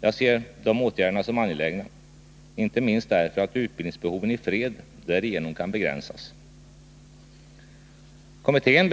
Jag ser de åtgärderna som angelägna, inte minst därför att utbildningsbehoven i fred därigenom kan begränsas. Kommittén